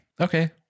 Okay